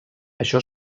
això